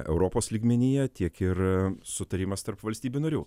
europos lygmenyje tiek ir sutarimas tarp valstybių narių